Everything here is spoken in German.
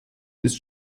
ist